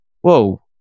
whoa